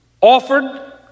offered